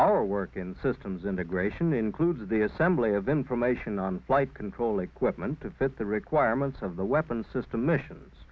our work in systems integration includes the assembly of information on flight control equipment to fit the requirements of the weapons system missions